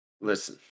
Listen